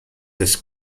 this